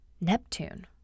neptune